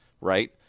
right